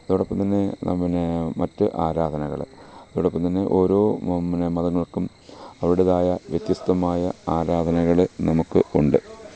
അതോടൊപ്പം തന്നെ ന്ന പിന്നെ മറ്റ് ആരാധനകള് അതോടൊപ്പംതന്നെ ഓരോ പിന്നെ മതങ്ങൾക്കും അവരുടേതായ വ്യത്യസ്തമായ ആരാധനകള് നമുക്ക് ഉണ്ട്